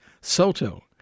Soto